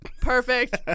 Perfect